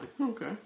Okay